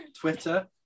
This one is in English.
Twitter